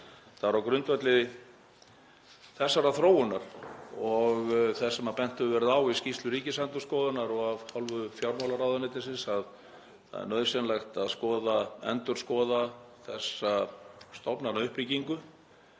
Það er á grundvelli þessarar þróunar og þess sem bent hefur verið á í skýrslu Ríkisendurskoðunar og af hálfu fjármálaráðuneytisins að það er nauðsynlegt að endurskoða þessa stofnanauppbyggingu,